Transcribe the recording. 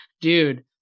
dude